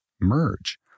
merge